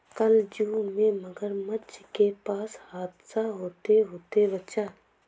कल जू में मगरमच्छ के पास हादसा होते होते बचा